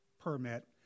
permit